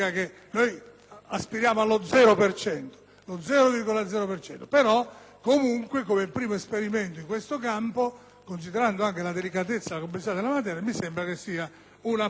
aspiriamo allo zero per cento, ma come primo esperimento in questo campo, considerata la delicatezza e la complessità della materia, mi sembra che sia una prova